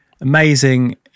amazing